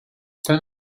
ten